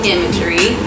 Imagery